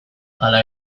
hala